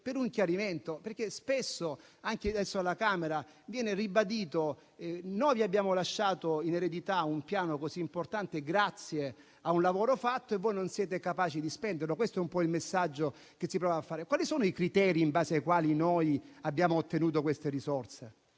per un chiarimento, perché spesso, anche alla Camera dei deputati, viene ribadito che avete lasciato in eredità un piano così importante, grazie al lavoro fatto, e noi non siamo capaci di spenderlo. Questo è un po' il messaggio che si prova a dare. Vediamo però quali sono i criteri in base ai quali abbiamo ottenuto queste risorse.